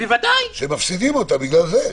הם מפסידים אותה בגלל זה.